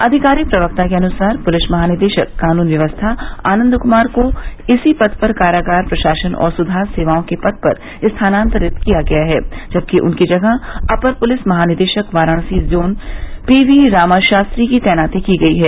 आधिकारिक प्रवक्ता के अनुसार पुलिस महानिदेशक कानून व्यवस्था आनंद कुमार को इसी पद पर कारागार प्रशासन और सुधार सेवाओं के पद पर स्थानांतरित किया गया है जबकि उनकी जगह अपर पुलिस महानिदेशक वाराणसी जोन पीवी रामाशास्त्री की तैनाती की गयी है